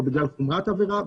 או בגלל חומרת העבירה,